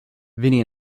vinnie